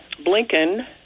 Blinken